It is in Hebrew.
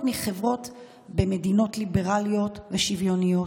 מחברות במדינות ליברליות ושוויוניות.